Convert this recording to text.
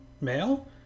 male